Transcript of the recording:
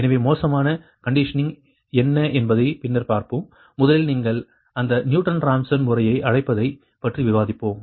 எனவே மோசமான கண்டிஷனிங் என்ன என்பதை பின்னர் பார்ப்போம் முதலில் நீங்கள் அந்த நியூட்டன் ராப்சன் முறையை அழைப்பதைப் பற்றி விவாதிப்போம்